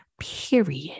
period